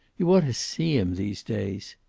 you ought to see him these days.